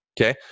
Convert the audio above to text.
okay